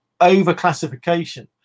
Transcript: overclassification